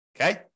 okay